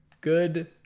Good